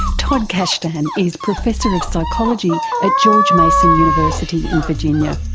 todd kashdan is professor of psychology at george mason university in virginia,